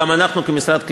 גם אנחנו כמשרד,